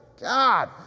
God